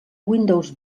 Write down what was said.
windows